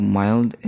mild